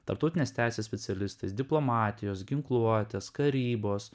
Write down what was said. tarptautinės teisės specialistais diplomatijos ginkluotės karybos